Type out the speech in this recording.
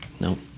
No